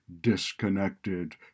disconnected